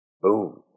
Boom